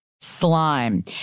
Slime